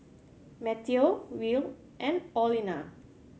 Mateo Will and Orlena